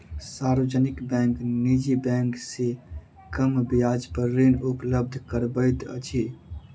सार्वजनिक बैंक निजी बैंक से कम ब्याज पर ऋण उपलब्ध करबैत अछि